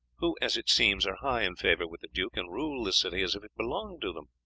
who, as it seems, are high in favour with the duke, and rule the city as if it belonged to them.